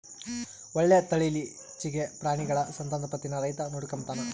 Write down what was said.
ಒಳ್ಳೆ ತಳೀಲಿಚ್ಚೆಗೆ ಪ್ರಾಣಿಗುಳ ಸಂತಾನೋತ್ಪತ್ತೀನ ರೈತ ನೋಡಿಕಂಬತಾನ